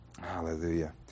Hallelujah